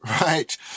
right